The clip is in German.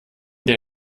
der